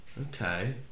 Okay